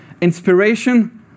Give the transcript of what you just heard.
Inspiration